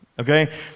Okay